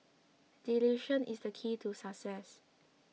delusion is the key to success